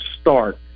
start